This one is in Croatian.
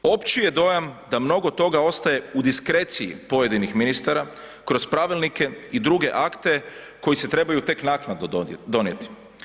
Opći je dojam da mnogo toga ostaje u diskreciji pojedinih ministara kroz pravilnike i druge akte koji se trebaju tek naknadno donijeti.